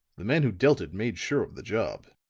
the man who dealt it made sure of the job.